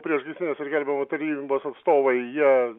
priešgaisrinės ir gelbėjimo tarnybos atstovai jie